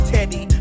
Teddy